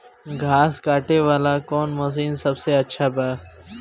घास काटे वाला कौन मशीन सबसे अच्छा बा?